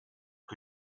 que